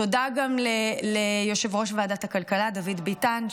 תודה גם ליושב-ראש ועדת הכלכלה דוד ביטן,